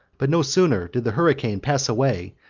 but no sooner did the hurricane pass away,